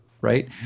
Right